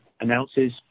announces